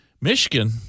Michigan